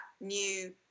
new